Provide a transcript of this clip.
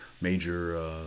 major